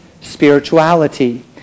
spirituality